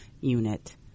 unit